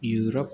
Europe